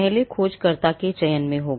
पहला खोजकर्ता के चयन में होगा